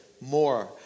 more